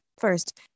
First